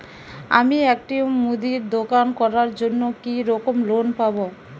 আমি একটি মুদির দোকান করার জন্য কি রকম লোন পাব?